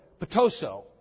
potoso